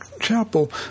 Chapel